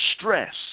stress